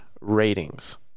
ratings